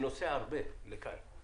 אני נוסע הרבה לכאן,